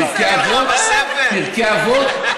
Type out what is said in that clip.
פרקי אבות?